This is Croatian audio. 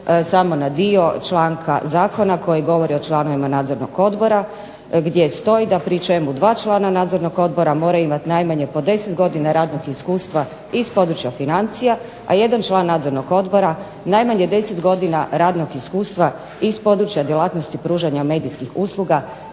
samo na dio članka zakona koji govori o članovima Nadzornog odbora gdje stoji da pri čemu dva člana Nadzornog odbora moraju imati najmanje po 10 godina radnog iskustva iz područja financija, a jedan član Nadzornog odbora najmanje 10 godina radnog iskustva iz područja djelatnosti pružanja medijskih usluga,